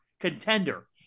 contender